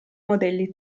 modelli